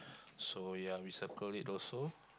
so ya we circle it also